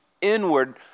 inward